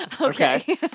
Okay